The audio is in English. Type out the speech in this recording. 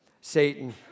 Satan